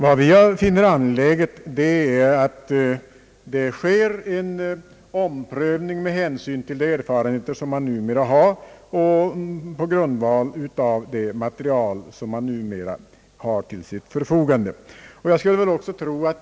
Vad vi finner angeläget är att det sker en omprövning med hänsyn till de erfarenheter man har och på grundval av det material som numera står till förfogande.